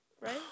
right